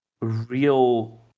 real